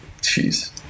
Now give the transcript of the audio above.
Jeez